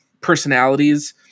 personalities